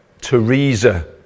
Teresa